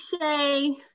shay